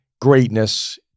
greatness